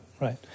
right